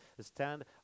stand